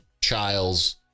Childs